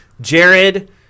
Jared